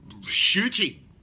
shooting